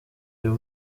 uyu